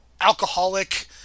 alcoholic